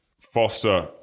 Foster